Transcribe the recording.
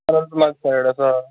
اننت ناگ سایڈَس آ